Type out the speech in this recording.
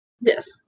Yes